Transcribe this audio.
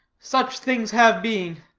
such things have been.